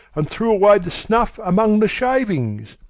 and threw away the snuff among the shavings.